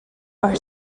are